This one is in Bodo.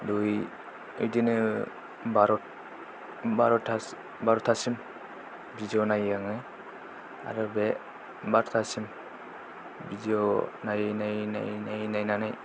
दुइ बिदिनो बार' बार'थासिम भिडिय' नायो आङो आरो बे बार'थासिम भिडिय' नायै नायै नायनानै